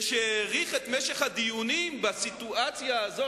שהאריך את משך הדיונים בסיטואציה הזו,